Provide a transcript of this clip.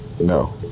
no